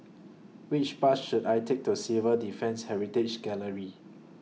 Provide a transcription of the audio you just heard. Which Bus should I Take to Civil Defence Heritage Gallery